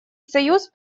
союз